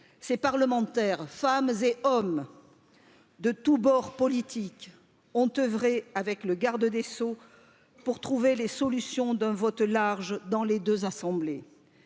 les parlementaires femmes et hommes de tous bords politiques ont œuvré avec le garde des sceaux pour trouver les solutions d'un vote large dans les deux assemblées